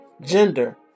Gender